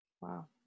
Wow